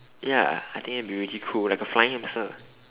ya I think it will be really cool like a flying hamster